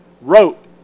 wrote